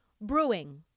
brewing